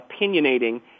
opinionating